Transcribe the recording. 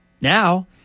Now